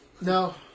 No